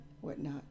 whatnot